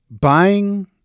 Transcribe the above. buying